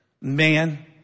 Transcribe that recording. man